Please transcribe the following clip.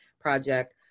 project